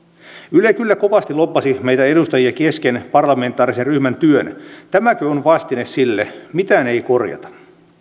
yle kyllä kovasti lobbasi meitä edustajia kesken parlamentaarisen ryhmän työn tämäkö on vastine sille mitään ei korjata